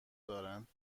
دارند